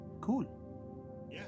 Cool